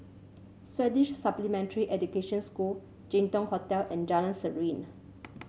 Swedish Supplementary Education School Jin Dong Hotel and Jalan Serene